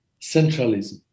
centralism